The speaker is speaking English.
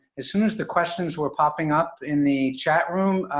as soon as the questions were popping up in the chat room,